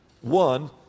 One